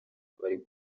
bari